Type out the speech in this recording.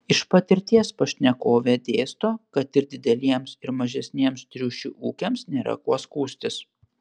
iš patirties pašnekovė dėsto kad ir dideliems ir mažesniems triušių ūkiams nėra kuo skųstis